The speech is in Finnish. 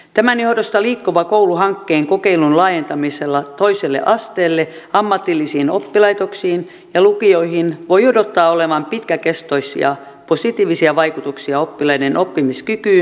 tämän johdosta liikkuva koulu hankkeen kokeilun laajentamisella toiselle asteelle ammatillisiin oppilaitoksiin ja lukioihin voi odottaa olevan pitkäkestoisia positiivisia vaikutuksia oppilaiden oppimiskykyyn ja hyvinvointiin